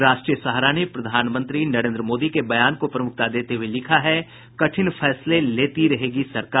राष्ट्रीय सहारा ने प्रधानमंत्री नरेंद्र मोदी के बयान को प्रमुखता देते हुये लिखा है कठिन फैसले लेती रहेगी सरकार